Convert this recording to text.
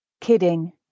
Kidding